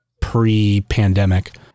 pre-pandemic